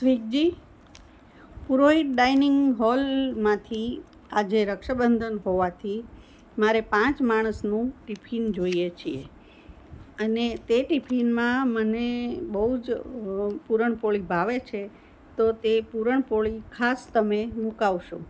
Swiggy પુરોહિત dining હોલમાંથી આજે રક્ષાબંધન હોવાથી મારે પાંચ માણસનું ટિફિન જોઈએ છીએ અને તે ટિફિનમાં મને બહુ જ પુરણપોળી ભાવે છે તો તે પુરણપોળી ખાસ તમે મુકાવશો